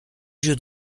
jeu